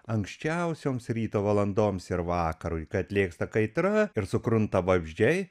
anksčiausiomis ryto valandoms ir vakarui kai atlėgsta kaitra ir sukrunta vabzdžiai